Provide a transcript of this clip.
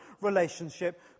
relationship